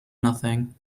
nothing